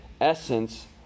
essence